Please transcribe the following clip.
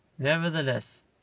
Nevertheless